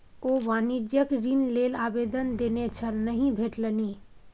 ओ वाणिज्यिक ऋण लेल आवेदन देने छल नहि भेटलनि